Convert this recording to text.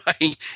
Right